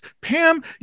Pam